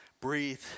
breathe